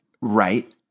right